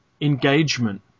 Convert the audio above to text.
engagement